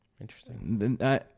Interesting